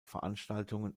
veranstaltungen